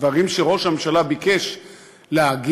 דברים שראש הממשלה ביקש להגיב,